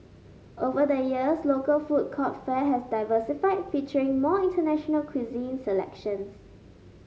over the years local food court fare has diversified featuring more international cuisine selections